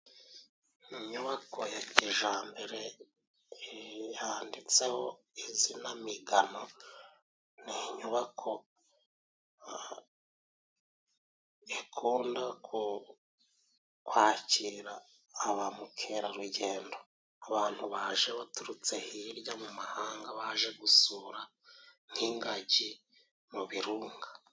Inyubako ya kijambere handitseho izina Migano ni inyubako ikunda kwakira aba mukerarugendo abantu baje baturutse hirya mu mahanga baje gusura nk'ingagi mu birunga.